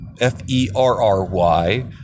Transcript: F-E-R-R-Y